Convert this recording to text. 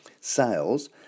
Sales